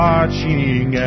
Watching